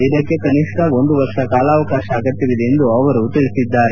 ಇದಕ್ಕೆ ಕನಿಷ್ಠ ಒಂದು ವರ್ಷ ಕಾಲಾವಕಾತ ಅಗತ್ಯವಿದೆ ಎಂದು ಅವರು ಪ್ರತಿಪಾದಿಸಿದ್ದಾರೆ